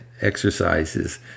exercises